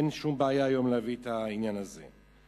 אין שום בעיה להביא את העניין הזה היום.